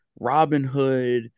Robinhood